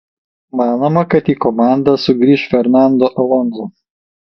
manoma kad į komandą sugrįš fernando alonso